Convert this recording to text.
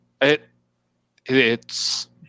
it—it's